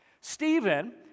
Stephen